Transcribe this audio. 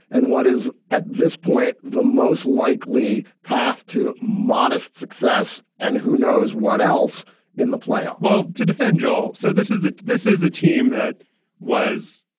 and what is at this point the most likely path to modest success. and who knows what else in the playoffs? well, to defend joel. so this is this is a team that was,